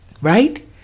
Right